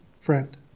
friend